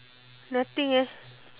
nothing eh